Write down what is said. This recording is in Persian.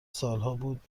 سالهابود